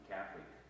Catholic